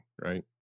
right